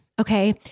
okay